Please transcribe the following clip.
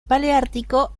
paleártico